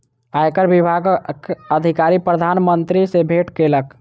आयकर विभागक अधिकारी प्रधान मंत्री सॅ भेट केलक